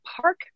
park